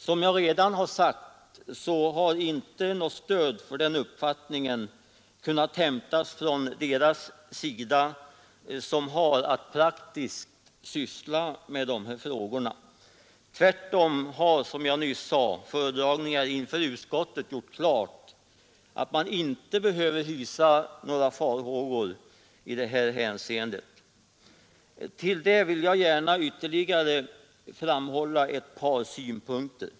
Som jag redan har sagt har inte något stöd för den uppfattningen kunnat hämtas från deras sida, som har att praktiskt syssla med dessa frågor. Tvärtom har, som jag nyss sade, föredragningarna inför utskottet gjort klart att man inte behöver hysa några farhågor i det här hänseendet. Till detta vill jag gärna ytterligare framhålla ett par synpunkter.